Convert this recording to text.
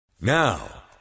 Now